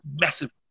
massive